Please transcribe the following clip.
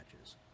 matches